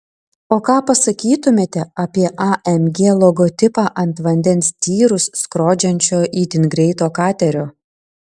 o ką pasakytumėte apie amg logotipą ant vandens tyrus skrodžiančio itin greito katerio